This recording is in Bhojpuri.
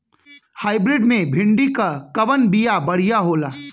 हाइब्रिड मे भिंडी क कवन बिया बढ़ियां होला?